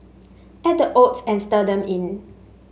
add the oats and stir them in